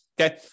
Okay